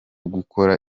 gukora